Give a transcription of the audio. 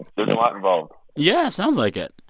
there's a lot involved yeah, sounds like it.